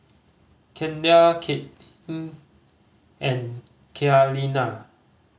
Kendal Katelyn and Kaleena